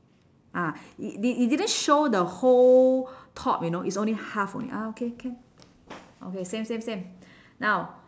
ah it it didn't show the whole top you know it's only half only ah okay can okay same same same now